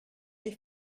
des